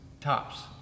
Tops